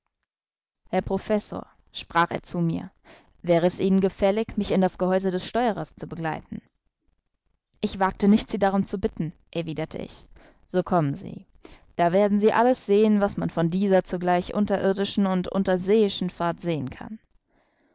herr professor sprach er zu mir wäre es ihnen gefällig mich in das gehäuse des steuerers zu begleiten ich wagte nicht sie darum zu bitten erwiderte ich so kommen sie da werden sie alles sehen was man von dieser zugleich unterirdischen und unterseeischen fahrt sehen kann